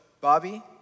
Bobby